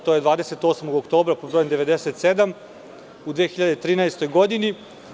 To je 28. oktobra pod brojem 97. u 2013. godini.